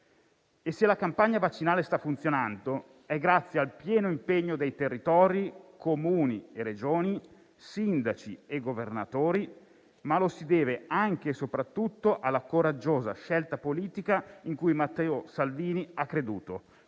Se la campagna vaccinale sta funzionando è grazie al pieno impegno dei territori, Comuni e Regioni, sindaci e governatori, ma anche e soprattutto alla coraggiosa scelta politica in cui Matteo Salvini ha creduto: